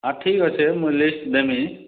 ଆର୍ ଠିକ୍ ଅଛେ ମୁଁଇ ଲିଷ୍ଟ୍ ଦେମି